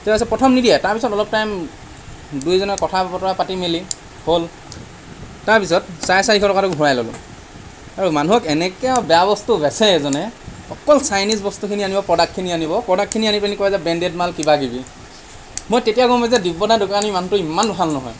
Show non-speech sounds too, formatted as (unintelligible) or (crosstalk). (unintelligible) প্ৰথম নিদিয়ে তাৰপিছত অলপ টাইম দুইজনে কথা বতৰা পাতি মেলি হ'ল তাৰ পিছত চাৰে চাৰিশ টকাটো ঘূৰাই ল'লোঁ আৰু মানুহক এনেকৈ বেয়া বস্তু বেচে এজনে অকল চাইনিজ বস্তুখিনি আনিব প্ৰডাক্টখিনি আনিব প্ৰডাক্টখিনি আনি পিনি কয় যে ব্ৰেণ্ডেড মাল কিবা কিবি মই তেতিয়া গম পাইছোঁ যে দিব্যদা দোকানী মানুহটো ইমান ভাল নহয়